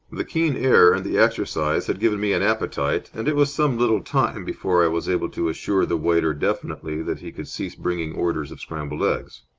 the keen air and the exercise had given me an appetite, and it was some little time before i was able to assure the waiter definitely that he could cease bringing orders of scrambled eggs.